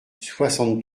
soixante